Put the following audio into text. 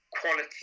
quality